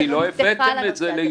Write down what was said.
כי לא הבאתם את זה לאישורה.